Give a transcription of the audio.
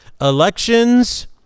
Elections